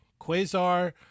Quasar